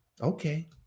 Okay